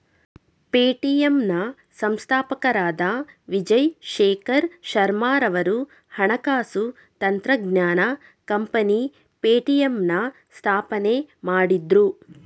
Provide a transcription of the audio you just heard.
Paytm ನ ಸಂಸ್ಥಾಪಕರಾದ ವಿಜಯ್ ಶೇಖರ್ ಶರ್ಮಾರವರು ಹಣಕಾಸು ತಂತ್ರಜ್ಞಾನ ಕಂಪನಿ ಪೇಟಿಎಂನ ಸ್ಥಾಪನೆ ಮಾಡಿದ್ರು